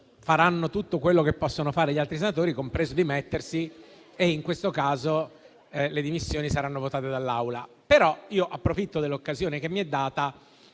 faranno tutto quello che possono fare gli altri senatori, compreso dimettersi; in quel caso le dimissioni saranno votate dall'Assemblea. Approfitto dell'occasione che mi è data